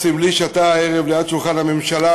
סמלי שאתה הערב ליד שולחן הממשלה.